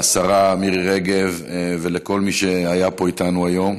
לשרה מירי רגב ולכל מי שהיה פה איתנו היום.